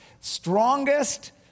strongest